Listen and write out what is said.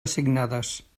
assignades